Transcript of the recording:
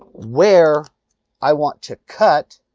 where i want to cut.